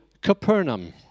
Capernaum